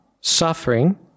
suffering